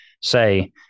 say